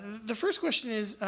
the first question is,